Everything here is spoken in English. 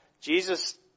Jesus